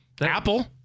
Apple